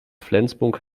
flensburg